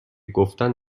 گفتن